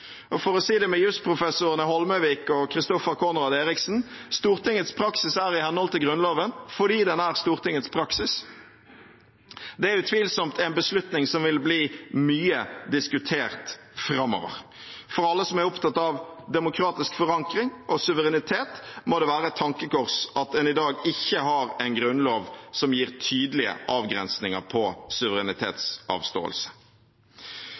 For å si det som jusprofessorene Eirik Holmøyvik og Christoffer Conrad Eriksen: Stortingets praksis er i henhold til Grunnloven fordi den er Stortingets praksis. Det er utvilsomt en beslutning som vil bli diskutert mye framover. For alle som er opptatt av demokratisk forankring og suverenitet, må det være et tankekors at en i dag ikke har en grunnlov som gir tydelige avgrensninger på suverenitetsavståelse.